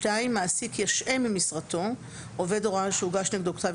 (2)מעסיק ישעה ממשרתו עובד הוראה שהוגש נגדו כתב